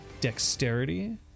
dexterity